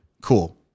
cool